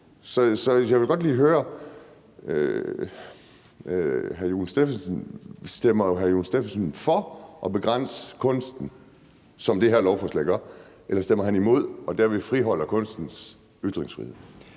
Så jeg vil godt lige høre, om hr. Jon Stephensen stemmer for at begrænse kunsten, som det her lovforslag gør, eller om han stemmer imod og han derved friholder kunstens ytringsfrihed.